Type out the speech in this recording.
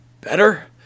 better